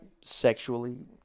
sexually